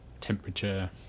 temperature